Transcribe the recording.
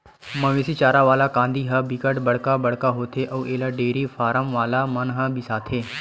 मवेशी चारा वाला कांदी ह बिकट बड़का बड़का होथे अउ एला डेयरी फारम वाला मन ह बिसाथे